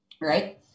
right